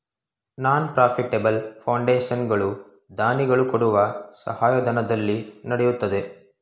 ನಾನ್ profitable foundation ಗಳು ದಾನಿಗಳು ಕೊಡುವ ಸಹಾಯಧನದಲ್ಲಿ ನಡೆಯುತ್ತದೆ